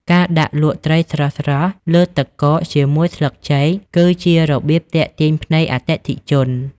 ការដាក់លក់ ត្រីស្រស់ៗលើទឹកកកជាមួយស្លឹកចេកគឺជារបៀបទាក់ទាញភ្នែកអតិថិជន។